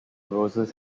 roses